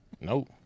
Nope